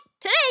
Today